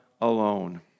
alone